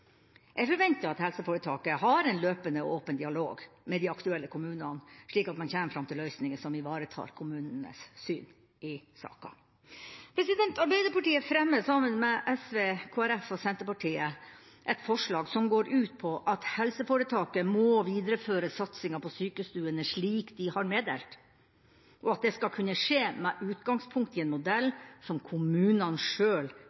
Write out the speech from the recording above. Jeg forventer at helseforetaket har en løpende og åpen dialog med de aktuelle kommunene, slik at man kommer fram til løsninger som ivaretar kommunenes syn i saken. Arbeiderpartiet fremmer sammen med SV, Kristelig Folkeparti og Senterpartiet et forslag som går ut på at helseforetaket må videreføre satsinga på sykestuene, slik de har meddelt, og at det skal kunne skje med utgangspunkt i en modell som kommunene